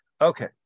Okay